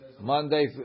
Monday